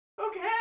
Okay